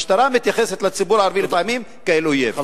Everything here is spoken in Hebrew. המשטרה מתייחסת לציבור הערבי לפעמים כאל אויב.